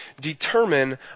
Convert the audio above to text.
determine